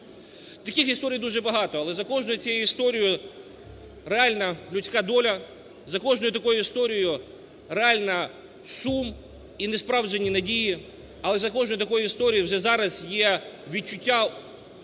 Таких історій дуже багато, але за кожною цією історією реальна людська доля, за кожною такою історією реальний сум і несправджені надії. Але за кожною такою історією вже зараз є відчуття